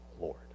Lord